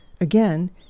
Again